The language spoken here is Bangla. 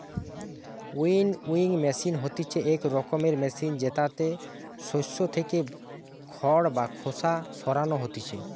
উইনউইং মেশিন হতিছে ইক রকমের মেশিন জেতাতে শস্য থেকে খড় বা খোসা সরানো হতিছে